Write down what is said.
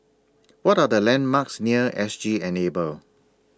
What Are The landmarks near S G Enable